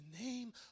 name